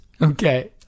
Okay